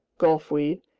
gulfweed,